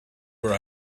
were